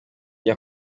iyo